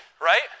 right